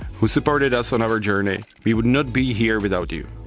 who supported us on our journey, we would not be here without you.